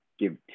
Give